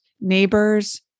Neighbors